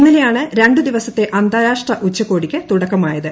ഇന്നലെയാണ് രണ്ടു ദിവസത്തെ അന്താരാഷ്ട്ര ഉച്ചകോടിക്ക് തുടക്കമായത്